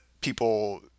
people